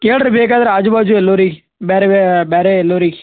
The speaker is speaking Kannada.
ಕೇಳ್ರಿ ಬೇಕಾದ್ರೆ ಆಜು ಬಾಜು ಎಲ್ಲರಿಗೆ ಬೇರೆ ಬೇರೆ ಎಲ್ಲರಿಗೆ